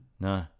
no